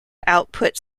output